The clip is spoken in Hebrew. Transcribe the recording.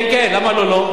כן כן, למה לא לא?